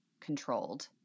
controlled